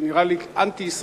שנראה לי אנטי-ישראלי,